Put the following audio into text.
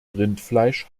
rindfleisch